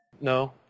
No